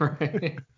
Right